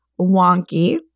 wonky